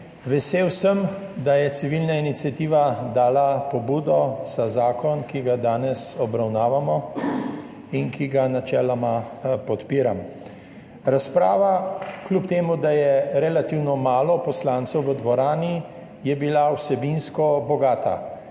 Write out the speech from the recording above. Vesel sem, da je civilna iniciativa dala pobudo za zakon, ki ga danes obravnavamo in ki ga načeloma podpiram. Razprava, kljub temu da je relativno malo poslancev v dvorani, je bila vsebinsko bogata.